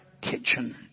kitchen